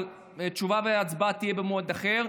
אלא תשובה והצבעה יהיו במועד אחר,